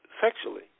sexually